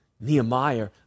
Nehemiah